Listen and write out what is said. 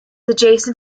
adjacent